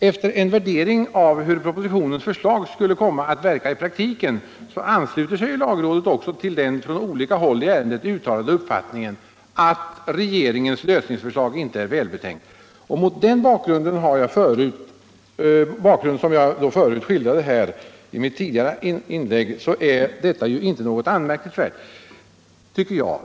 Efter en värdering av hur propositionens förslag skulle komma att verka i praktiken ansluter sig lagrådet till den från olika håll uttalade uppfattningen att regeringens förslag inte är välbetänkt, och mot den bakgrund som jag skildrade i mitt tidigare inlägg tycker jag inte att det är någonting anmärkningsvärt.